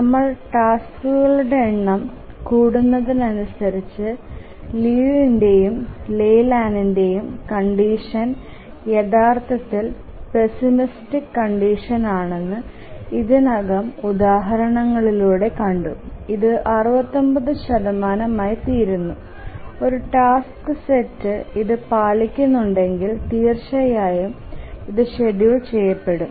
നമ്മൾ ടാസ്ക്കുകളുടെ എണ്ണം കൂടുന്നതിനനുസരിച്ച് ലിയുവിന്റെയും ലെയ്ലാൻഡിന്റെയും കൺഡിഷ്ൻ യഥാർത്ഥത്തിൽ പെസിമിസ്റ്റിക് കൺഡിഷ്ൻ ആണെന് ഇതിനകം ഉദാഹരണങ്ങളിലൂടെ കണ്ടു ഇത് 69 ആയി തീരുന്നു ഒരു ടാസ്ക് സെറ്റ് ഇത് പാലിക്കുന്നുണ്ടെങ്കിൽ തീർച്ചയായും ഇത് ഷെഡ്യൂൾ ചെയ്യപ്പെടും